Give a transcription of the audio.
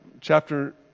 chapter